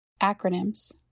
Acronyms